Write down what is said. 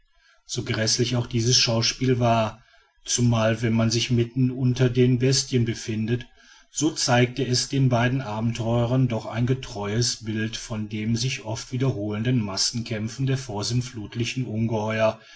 so gräßlich auch dieses schauspiel war zumal wenn man sich mitten unter den bestien befindet so zeigte es den beiden abenteurern doch ein getreues bild von den sich oft wiederholenden massenkämpfen der vorsintflutlichen ungeheuer